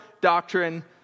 doctrine